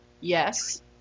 yes